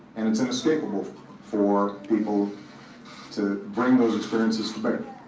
and it's inescapable for people to bring those experiences to but